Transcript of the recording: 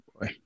boy